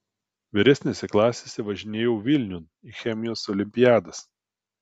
vyresnėse klasėse važinėjau vilniun į chemijos olimpiadas